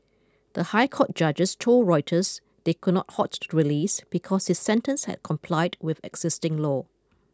the High Court judges told Reuters they could not halt the release because his sentence had complied with existing law